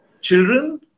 children